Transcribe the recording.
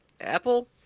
Apple